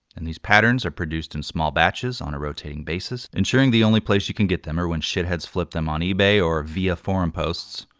and these patterns are produced in small batches on a rotating basis, ensuring the only place you can get them are when shitheads flip them on ebay, or via forum posts.